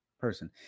person